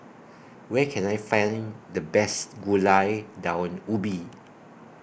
Where Can I Find The Best Gulai Daun Ubi